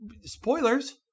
Spoilers